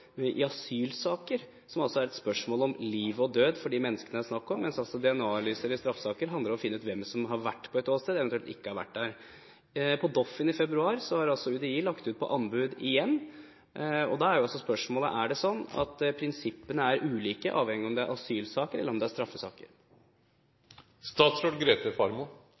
i asylsaker. Der er det spørsmål om liv og død for de menneskene det er snakk om, mens DNA-analyse i straffesaker handler om å finne ut hvem som har vært på et åsted, eventuelt hvem som ikke har vært der. UDI la igjen ut et anbud på Doffin i februar. Da er spørsmålet: Er prinsippene ulike, avhengig av om det er asylsaker, eller om det er